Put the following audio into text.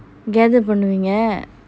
gather பண்ணுவீங்க:pannuveenga